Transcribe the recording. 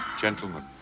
Gentlemen